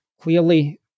clearly